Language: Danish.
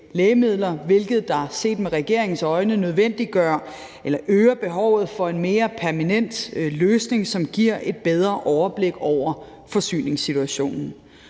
lægemidler, hvilket set med regeringens øjne øger behovet for en mere permanent løsning, som giver et bedre overblik over forsyningssituationen.